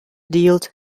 dealt